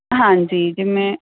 ਹਾਂਜੀ ਜਿਵੇਂ